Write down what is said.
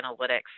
analytics